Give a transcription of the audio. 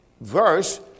verse